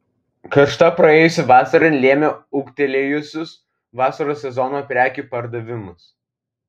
karšta praėjusi vasara lėmė ūgtelėjusius vasaros sezono prekių pardavimus